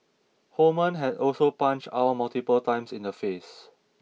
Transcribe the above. Holman had also punched Ow multiple times in the face